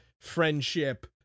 friendship